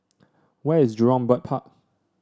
where is Jurong Bird Park